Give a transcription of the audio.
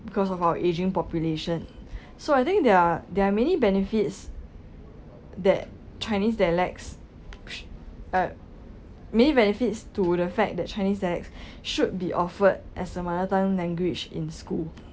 because of our aging population so I think there there are many benefits that chinese dialects uh many benefits to the effect that chinese dialects should be offered as a mother tongue language in school